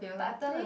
but I play